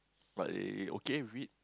but they okay with it